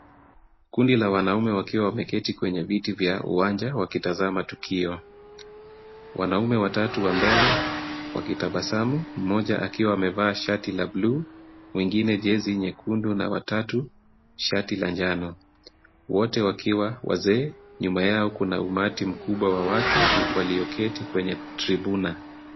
Kundi la wanaume wakiwa wameketi kwenye viti vya uwanja wakitazama tukio, wanaume watatu wa mbele wakitabasamu, mmoja akiwa amevaa shati la bluu, mwingine jezi jekundu na watatu shati la njano, wote wakiwa wazee, nyuma yao kuna umati mkubwa wa watu walioketi kwenye tribuna.